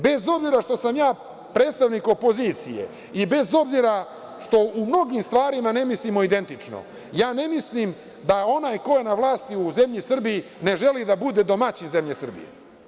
Bez obzira što sam ja predstavnik opozicije i bez obzira što u mnogim stvarima ne mislimo identično, ne mislim da onaj koji je na vlasti u zemlji Srbiji ne želi da bude domaćin zemlje Srbije.